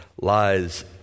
lies